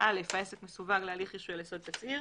- העסק מסווג להליך רישוי על יסוד תצהיר.